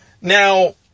Now